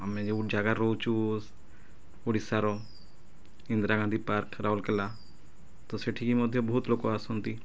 ଆମେ ଯେଉଁ ଜାଗାରେ ରହୁଛୁ ଓଡ଼ିଶାର ଇନ୍ଦିରା ଗାନ୍ଧୀ ପାର୍କ ରାଉରକେଲା ତ ସେଠିକି ମଧ୍ୟ ବହୁତ ଲୋକ ଆସନ୍ତି